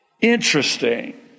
interesting